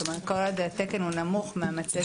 זאת אומרת כל עוד התקן הוא נמוך מהמצבה,